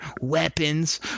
weapons